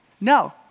No